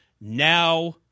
Now